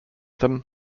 them